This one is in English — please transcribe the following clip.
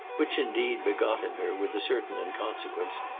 which indeed begot in her, with a certain inconsequence,